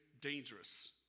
dangerous